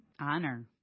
honor